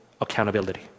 accountability